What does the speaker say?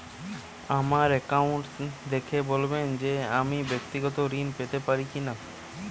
আমার অ্যাকাউন্ট দেখে বলবেন যে আমি ব্যাক্তিগত ঋণ পেতে পারি কি না?